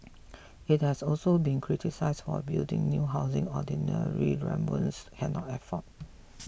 it has also been criticise for building new housing ordinary Rwandans cannot afford